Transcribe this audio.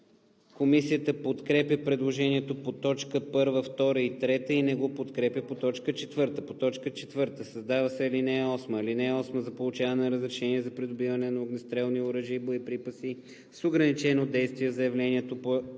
Комисията подкрепя предложението по т. 1, 2 и 3 и не го подкрепя по т. 4: „4. създава се ал. 8: „(8) За получаване на разрешение за придобиване на огнестрелни оръжия и боеприпаси с ограничено действие в заявленията по